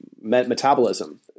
metabolism